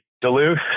Duluth